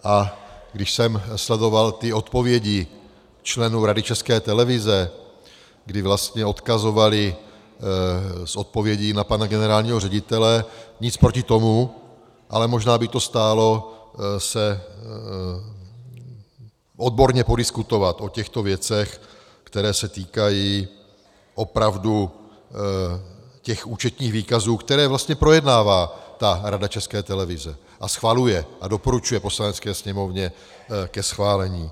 A když jsem sledoval ty odpovědi členů Rady České televize, kdy vlastně odkazovali z odpovědí na pana generálního ředitele, nic proti tomu, ale možná by stálo za to odborně podiskutovat o těchto věcech, které se týkají opravdu těch účetních výkazů, které vlastně projednává ta Rada České televize a schvaluje a doporučuje Poslanecké sněmovně ke schválení.